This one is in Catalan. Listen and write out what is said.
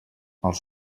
els